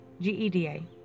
G-E-D-A